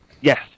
Yes